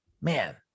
man